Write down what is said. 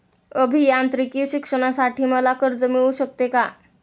अभियांत्रिकी शिक्षणासाठी मला कर्ज मिळू शकते का?